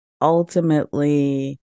ultimately